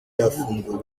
yafunguwe